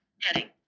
heading